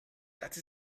that